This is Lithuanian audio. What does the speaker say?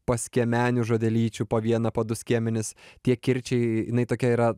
paskiemenių žodelyčių po vieną po du skiemenis tie kirčiai jinai tokia yra